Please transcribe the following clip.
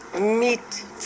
meat